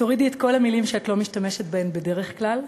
תורידי את כל המילים שאת לא משתמשת בהן בדרך כלל,